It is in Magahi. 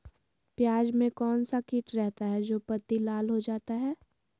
प्याज में कौन सा किट रहता है? जो पत्ती लाल हो जाता हैं